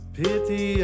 pity